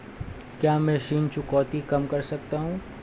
क्या मैं ऋण चुकौती कम कर सकता हूँ?